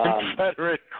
Confederate